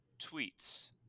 tweets